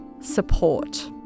support